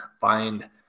find